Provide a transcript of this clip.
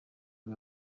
bwo